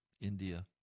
India